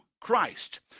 Christ